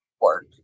work